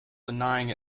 denying